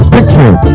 Picture